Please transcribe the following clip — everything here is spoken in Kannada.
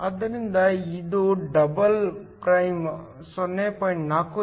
ಹಾಗಾಗಿ ಇದು ಡಬಲ್ ಪ್ರೈಮ್ 0